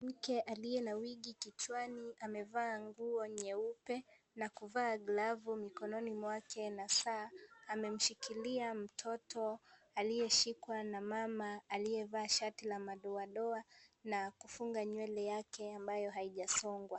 Mwanamke aliye na wig[s] kichwani amevaa nguo nyeupe, na kuvaa glavu mkononi mwake na saa. Amemshikilia mtoto, aliyeshikwa na mama, aliyevaa shati la madoadoa na kufunga nywele yake ambayo haijasongwa.